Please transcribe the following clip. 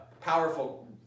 Powerful